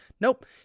Nope